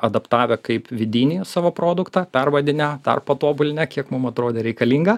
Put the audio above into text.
adaptavę kaip vidinį savo produktą pervadinę dar patobulinę kiek mum atrodė reikalinga